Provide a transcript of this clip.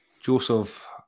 Joseph